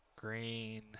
green